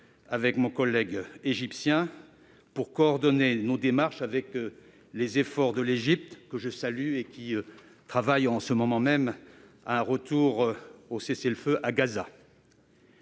avec mon homologue égyptien pour coordonner nos démarches avec les efforts de l'Égypte, que je salue, qui travaille en ce moment même à un retour au cessez-le-feu à Gaza.